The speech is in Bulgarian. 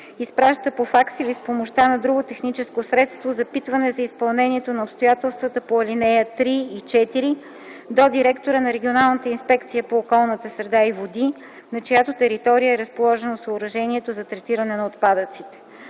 изпраща по факс или с помощта на друго техническо средство запитване за изпълнението на обстоятелствата по ал. 3 и 4 до директора на регионалната инспекция по околната среда и води, на чиято територия е разположено съоръжението за третиране на отпадъците.